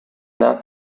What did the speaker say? not